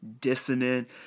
dissonant